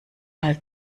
mal